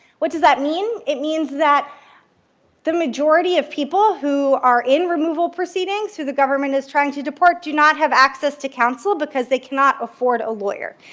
what does that mean? it means that the majority of people who are in removal proceedings who the government is trying to depart do not have access to counsel because they cannot afford a lawyer.